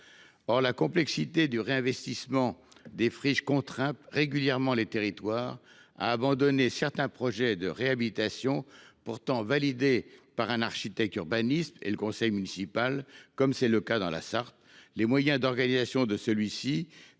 Or la complexité du réinvestissement des friches contraint régulièrement les territoires à abandonner certains projets de réhabilitation pourtant validés par un architecte urbaniste et le conseil municipal, comme c'est le cas dans la Sarthe, les moyens d'organisation de ce